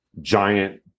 giant